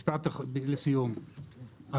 משפט לסיום,